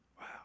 Wow